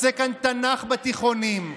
רוצה כאן תנ"ך בתיכונים,